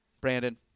Brandon